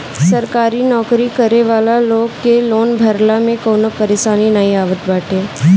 सरकारी नोकरी करे वाला लोग के लोन भरला में कवनो परेशानी नाइ आवत बाटे